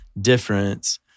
difference